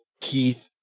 Keith